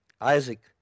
Isaac